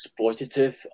exploitative